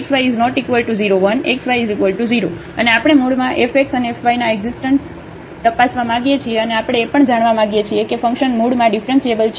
fxy0xy≠0 1xy0 અને આપણે મૂળમાં f x અને f y ના એકઝીસ્ટન્સને તપાસવા માંગીએ છીએ અને આપણે એ પણ જાણવા માંગીએ છીએ કે ફંકશન મૂળમાં ઙીફરન્શીએબલ છે કે નહીં